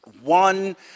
one